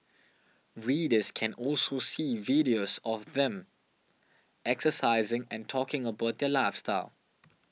readers can also see videos of them exercising and talking about their lifestyle